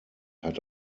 hat